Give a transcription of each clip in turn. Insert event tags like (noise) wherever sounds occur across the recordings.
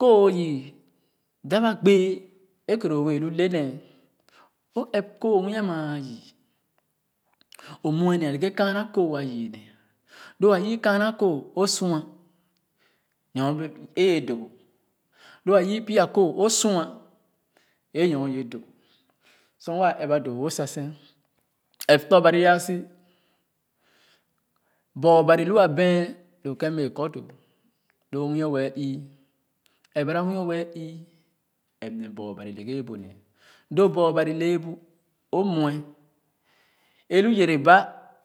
Kooh o yɛ dap a gbɛɛ é koro o bee lu neé o ɛp kooh nwii ama a yii o muɛ a le ghe kaana kooh a yii ne lo a yii kaana kooh o sua nyɔɔ bee é yè dogo lu a yii pie kooh o sua é nyɔɔ yɛ dogo sor waa ɛp ba sa doo doo sa seh ɛp tɔ̃ Bari aa si bor Bari lu a bɛan doo kèn m bee kɔ doo lo miii wɛɛ ii ɛrɛ ba lo muii wɛɛ ii ɛp nevbor Ban le-ghe ye bu neɛ do bor Ban le bu o mwɛ e lu yɛrɛ ba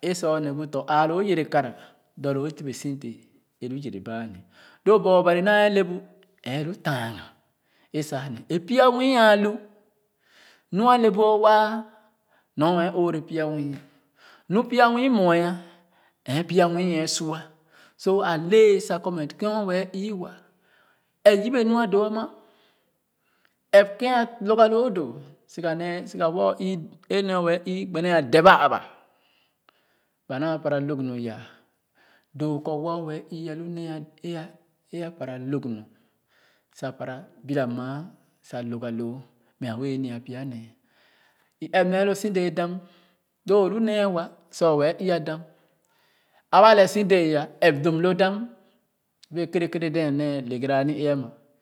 é sa o nee bu tɔ̃ ãã loo yɛrɛ kara dɔ loo (noise) si dee é lu yɛrɛ bavsa nevlo bor Baṅ naa e le bu e lu taaga é sa a nee é pya nwii aclu lua le bu o waa nɔr a oore pya nwii ɛɛ su ah so a leɛ sa kɔ mɛ kèn wɛɛ ii-wa ɛp yɛbe nu a doo ama ɛp kèn a lorga loo doo siga nee siga wa o ii é nee wa o ü gbene a dep aba ba naa para lõg nu yah doo kɔ wa wɛɛ nya pya nee i ɛp nee loo si dɛɛ dam doo o lu nee wa seh wɛɛü-ya dam aba lɛɛ si dɛɛa ɛp dum lo dam bee kerekere dee nee le gara a ni-ee ama.